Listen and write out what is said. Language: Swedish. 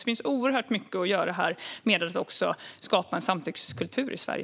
Det finns oerhört mycket att göra med att skapa en samtyckeskultur i Sverige.